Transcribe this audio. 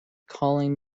calling